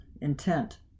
intent